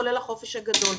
כולל החופש הגדול.